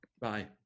Bye